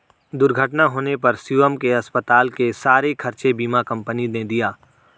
दुर्घटना होने पर शिवम के अस्पताल के सारे खर्चे बीमा कंपनी ने दिए